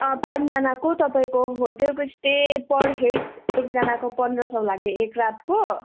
पाँचजनाको तपाईँको होटेलको स्टे पर हेड एकजनाको पन्ध्र सौ लाग्यो एक रातको